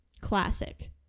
classic